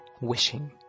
Wishing